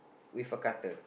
with a cutter